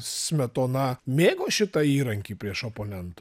smetona mėgo šitą įrankį prieš oponentu